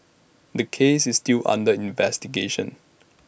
the case is still under investigation